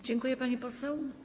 Dziękuję, pani poseł.